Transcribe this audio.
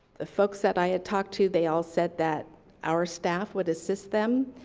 the folks that i had talked to, they all said that our staff would assist them,